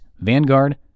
Vanguard